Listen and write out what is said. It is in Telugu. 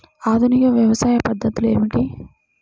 ఆధునిక వ్యవసాయ పద్ధతులు ఏమిటి?